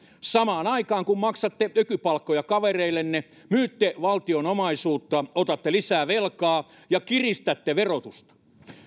samaan aikaan kun maksatte ökypalkkoja kavereillenne myytte valtion omaisuutta otatte lisää velkaa ja kiristätte verotusta